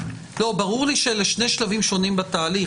ברור לי שאלה שני שלבים שונים בתהליך,